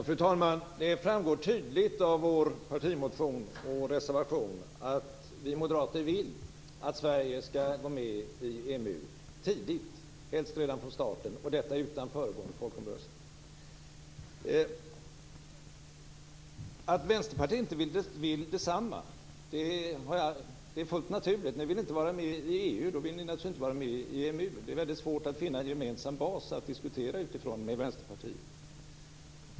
Fru talman! Det framgår tydligt av vår partimotion och reservation att vi moderater vill att Sverige skall gå med i EMU tidigt, helst redan från starten, och detta utan föregående folkomröstning. Att Vänsterpartiet inte vill detsamma är fullt naturligt. Ni vill inte vara med i EU, och då vill ni naturligtvis inte vara med i EMU. Det är väldigt svårt att finna en gemensam bas att diskutera utifrån med Vänsterpartiet.